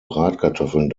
bratkartoffeln